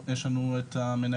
תודה רבה.